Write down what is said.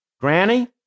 Granny